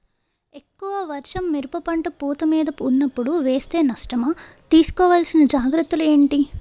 ఎక్కువ వర్షం మిరప పంట పూత మీద వున్నపుడు వేస్తే నష్టమా? తీస్కో వలసిన జాగ్రత్తలు ఏంటి?